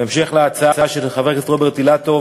בהמשך להצעה של חבר הכנסת רוברט אילטוב,